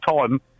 time